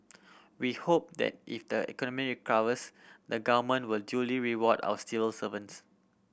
we hope that if the economy recovers the Government will duly reward our still servants